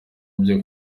byo